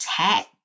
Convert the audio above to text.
tech